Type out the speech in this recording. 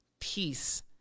peace